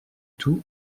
tout